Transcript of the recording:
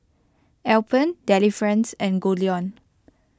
Alpen Delifrance and Goldlion